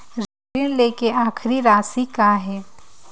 ऋण लेके आखिरी राशि का हे?